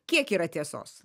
kiek yra tiesos